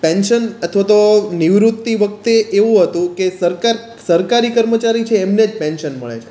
pension અથવા તો નિવૃત્તિ વખતે એવું હતું કે સરકાર સરકારી કર્મચારી છે એમને જ પેન્શન મળે છે